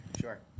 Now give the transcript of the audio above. Sure